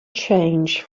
change